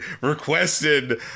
requested